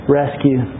rescue